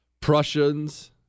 Prussians